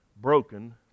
broken